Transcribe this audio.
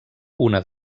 una